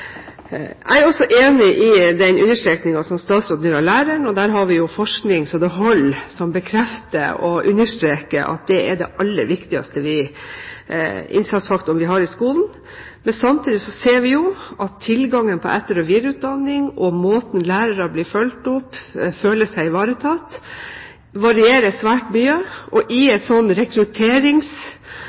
Jeg er også enig i den understrekningen som statsråden gjør når det gjelder læreren, og der har vi jo forskning så det holder som bekrefter og understreker at det er den aller viktigste innsatsfaktoren vi har i skolen. Men samtidig ser vi jo at tilgangen på etter- og videreutdanning og måten lærere blir fulgt opp – føler seg ivaretatt – varierer svært mye. I et